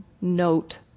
note